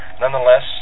nonetheless